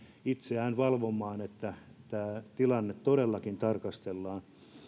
itseään valvomaan että tämä tilanne todellakin tarkastellaan